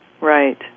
Right